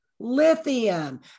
Lithium